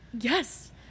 yes